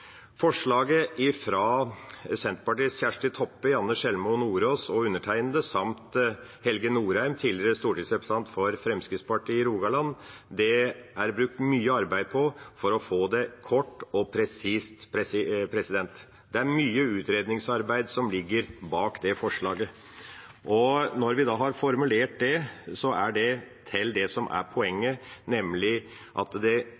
Forslaget fra Senterpartiets Kjersti Toppe, Janne Sjelmo Nordås og undertegnede, samt Helge Thorheim, tidligere stortingsrepresentant for Fremskrittspartiet i Rogaland, er det brukt mye arbeid på for å få kort og presist. Det er mye utredningsarbeid som ligger bak det forslaget. Og når vi da har formulert det, er det til det som er poenget, det